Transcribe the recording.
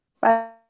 Bye